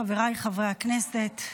חבריי חברי הכנסת,